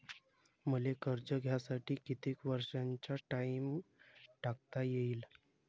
मले कर्ज घ्यासाठी कितीक वर्षाचा टाइम टाकता येईन?